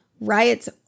Riots